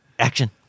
action